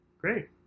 Great